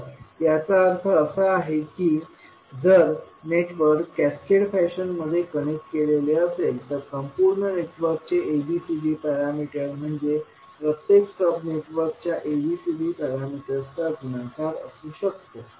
तर याचा अर्थ असा आहे की जर नेटवर्क कॅस्केड फॅशनमध्ये कनेक्ट केलेले असेल तर संपूर्ण नेटवर्कचे ABCD पॅरामीटर म्हणजे प्रत्येक सब नेटवर्कच्या ABCD पॅरामीटर्सचा गुणाकार असू शकतो